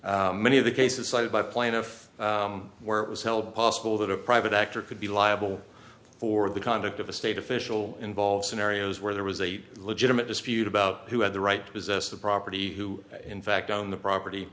scene many of the cases cited by plaintiff where it was held possible that a private actor could be liable for the conduct of a state official involved scenarios where there was a legitimate dispute about who had the right to possess the property who in fact own the property